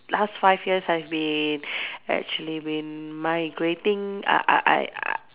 last five years I've been actually been migrating uh uh I uh